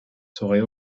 serait